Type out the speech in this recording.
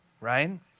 right